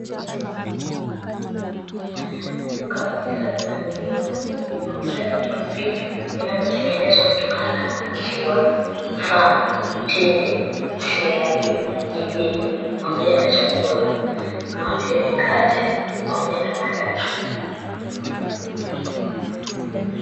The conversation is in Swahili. Duka la bidhaa za maziwa lenye wauzaji wa vitu vinavyotengenezwa kutokana na maziwa, mfano; mtindi, siagi, jibini pamoja na chakula, kama vile mkate pamoja na maandazi.